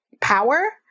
power